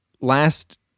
Last